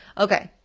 okay,